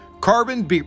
Carbon